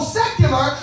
secular